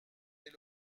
des